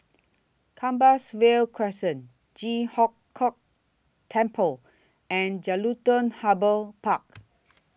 Compassvale Crescent Ji Huang Kok Temple and Jelutung Harbour Park